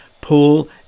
Paul